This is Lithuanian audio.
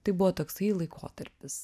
tai buvo toksai laikotarpis